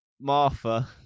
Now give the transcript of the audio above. Martha